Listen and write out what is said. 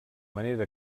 manera